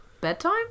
bedtime